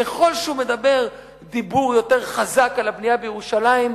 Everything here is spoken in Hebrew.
ככל שהוא מדבר דיבור יותר חזק על הבנייה בירושלים,